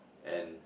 and